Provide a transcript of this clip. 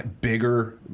bigger